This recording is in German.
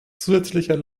zusätzlicher